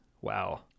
Wow